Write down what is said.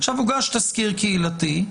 הוגש תסקיר קהילתי,